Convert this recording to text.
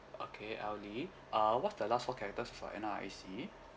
okay elly uh what's the last four characters of your N_R_I_C